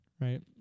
Right